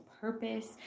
purpose